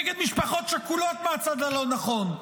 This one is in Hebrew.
נגד משפחות שכולות מהצד הלא-נכון,